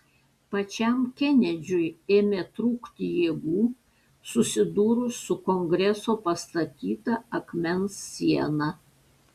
pačiam kenedžiui ėmė trūkti jėgų susidūrus su kongreso pastatyta akmens siena